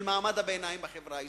של מעמד הביניים בחברה הישראלית,